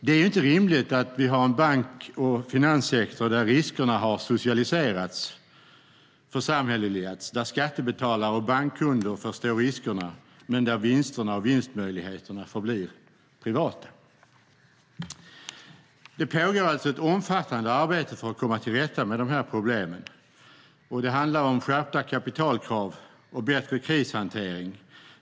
Det är inte rimligt att vi har en bank och finanssektor där riskerna har socialiserats, församhälleligats, och där skattebetalare och bankkunder för stå för riskerna, men där vinsterna och vinstmöjligheterna förblir privata. Det pågår alltså ett omfattande arbete för att komma till rätta med de här problemen. Det handlar om skärpta kapitalkrav och bättre krishantering.